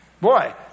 Boy